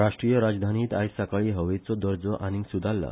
राष्ट्रीय राजधानीत आयज सकाळी हवेचो दर्जो आनीक सुधारला